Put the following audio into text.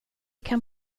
kan